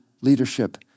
leadership